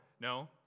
No